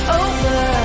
over